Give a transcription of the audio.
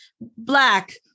Black